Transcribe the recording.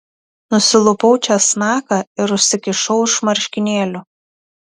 nusilupau česnaką ir užsikišau už marškinėlių